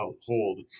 hold